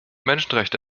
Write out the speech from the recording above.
menschenrechte